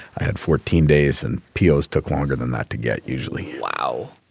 i had fourteen days and pos took longer than that to get, usually wow.